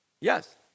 Yes